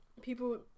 people